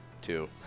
two